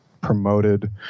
promoted